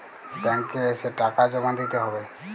Bank এ এসে টাকা জমা দিতে হবে?